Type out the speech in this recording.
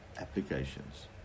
applications